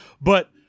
But-